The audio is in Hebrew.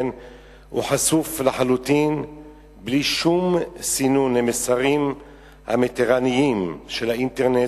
הוא חשוף לחלוטין בלי שום סינון למסרים המתירניים של האינטרנט,